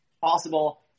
possible